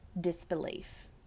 disbelief